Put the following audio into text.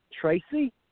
Tracy